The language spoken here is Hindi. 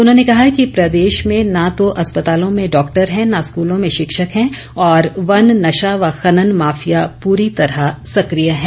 उन्होंने कहा कि प्रदेश में न तो अस्पतालों में डॉक्टर है न स्कूलों में शिक्षक हैं और वन नशा व खनन माफिया पूरी तरह सक्रिय है